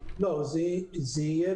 זה יהיה